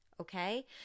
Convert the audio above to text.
okay